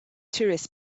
tourists